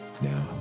now